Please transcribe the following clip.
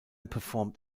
performed